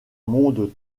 monde